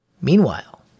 Meanwhile